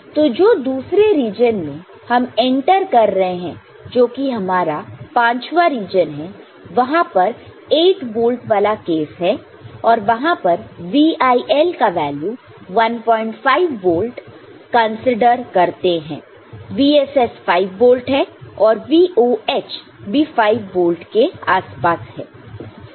तो जो दूसरे रीजन में हम एंटर कर रहे हैं जो कि हमारा पांचवा रीजन है वहां पर 8 वोल्ट वाला केस है और वहां पर VIL का वैल्यू 15 वोल्ट कंसीडर करते हैं VSS5 वोल्ट है और VOH भी 5 वोल्ट के आसपास है